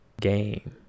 game